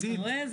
אתה רואה?